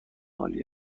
عالی